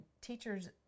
teachers